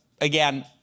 again